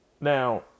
now